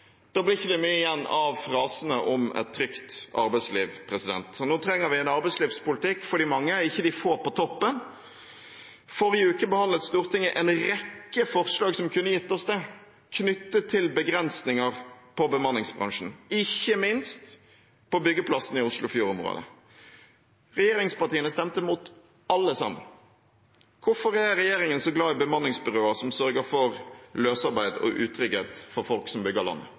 Da blir det ikke mye igjen av frasene om et trygt arbeidsliv. Nå trenger vi en arbeidslivspolitikk for de mange, ikke for de få på toppen. Forrige uke behandlet Stortinget en rekke forslag som kunne gitt oss det, knyttet til begrensninger for bemanningsbransjen, ikke minst på byggeplassene i Oslofjord-området. Regjeringspartiene stemte mot alle sammen. Hvorfor er regjeringen så glad i bemanningsbyråer, som sørger for løsarbeid og utrygghet for folk som bygger landet?